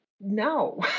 no